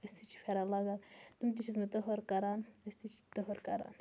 أسۍ تہِ چھِ پھیٚرَن لاگان تِم تہِ چھِ ٲسمٕتۍ تٔہَر کَران أسۍ تہِ چھِ تٔہَر کَران